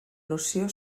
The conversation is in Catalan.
noció